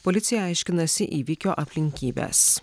policija aiškinasi įvykio aplinkybes